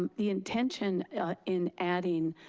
um the intention in adding